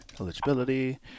eligibility